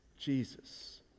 Jesus